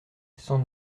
sans